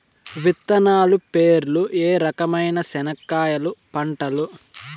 విత్తనాలు పేర్లు ఏ రకమైన చెనక్కాయలు పంటలు?